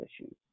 issues